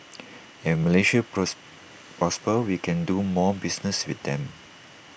and if Malaysia pros prospers we can do more business with them